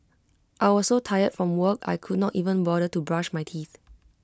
I was so tired from work I could not even bother to brush my teeth